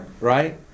right